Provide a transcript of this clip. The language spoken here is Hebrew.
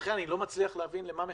לכן אני לא מצליח להבין למה מחכים.